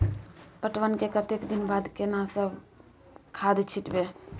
पटवन के कतेक दिन के बाद केना सब खाद छिटबै?